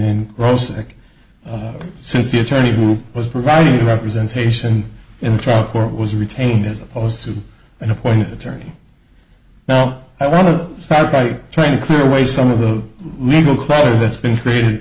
roasting since the attorney who was providing representation in the trial court was retained as opposed to an appointed attorney now i want to start by trying to clear away some of the legal clutter that's been created